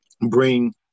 bring